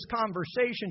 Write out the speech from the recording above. conversation